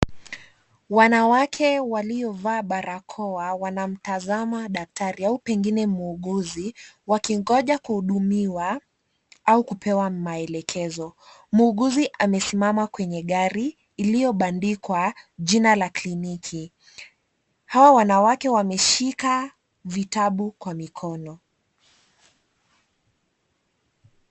Wanawake waliovaa barakoa wanamtazama daktari au pengine muuguzi, wakingoja kuhudumiwa au kupewa maelekezo, muuguzi amesimama kwenye gari iliyobandikwa jina la kliniki, hao wanawake wameshika vitabu kwa mikono.